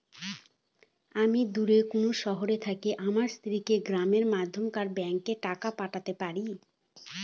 আমি দূরের কোনো শহর থেকে আমার স্ত্রীকে গ্রামের মধ্যেকার ব্যাংকে টাকা পাঠাতে পারি?